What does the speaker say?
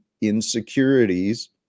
insecurities